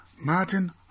Martin